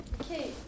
Okay